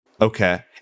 Okay